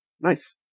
nice